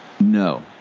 No